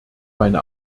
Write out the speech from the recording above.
meine